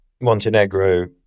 montenegro